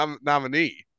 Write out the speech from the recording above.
nominee